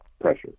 pressure